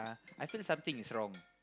I feel something is wrong